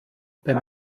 beim